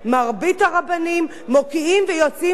מוקיעים ויוצאים נגד התופעות האלה.